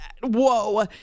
whoa